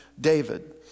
David